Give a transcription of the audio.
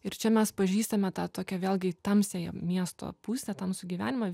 ir čia mes pažįstame tą tokią vėlgi tamsiąją miesto pusę tamsų gyvenimą